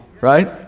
right